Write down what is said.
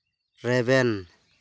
ᱨᱮᱵᱮᱱ